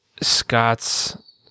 Scott's